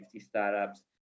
Startups